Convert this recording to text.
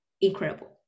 incredible